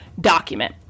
document